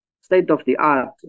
state-of-the-art